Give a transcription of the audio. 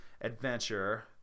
adventure